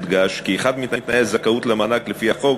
הודגש כי אחד מתנאי הזכאות למענק לפי החוק